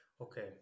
Okay